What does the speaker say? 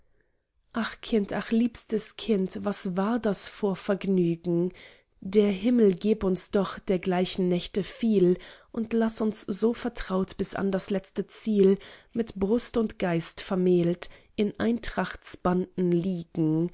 ach kind ach liebstes kind was war das vor vergnügen der himmel geb uns doch dergleichen nächte viel und laß uns so vertraut bis an das letzte ziel mit brust und geist vermählt in eintrachtsbanden liegen